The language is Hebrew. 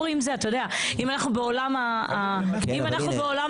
אני מחכה פה בשקט והם --- הגענו לבית הנשיא כבר.